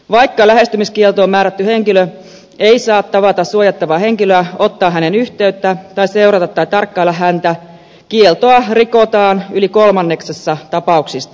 vaikka lähestymiskieltoon määrätty henkilö ei saa tavata suojattavaa henkilöä ottaa häneen yhteyttä tai seurata tai tarkkailla häntä kieltoa rikotaan yli kolmanneksessa tapauksista